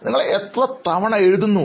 നിങ്ങൾ എത്ര തവണ എഴുതാറുണ്ട്